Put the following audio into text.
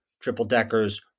Triple-deckers